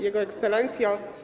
Jego Ekscelencjo!